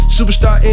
Superstar